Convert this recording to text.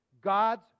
God's